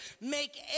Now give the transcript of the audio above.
Make